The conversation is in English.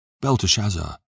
Belteshazzar